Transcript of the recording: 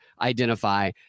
identify